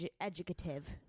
educative